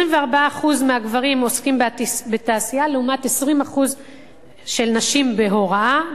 24% מהגברים עוסקים בתעשייה לעומת 20% של נשים בהוראה,